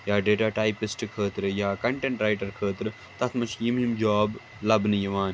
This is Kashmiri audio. یا ڈیٹا ٹایپِسٹہٕ خٲطرٕ بیٚیہِ یا کَنٹَنٹ رایِٹَر خٲطرٕ تَتھ منٛز چھِ یِم یِم جاب لَبنہٕ یِوان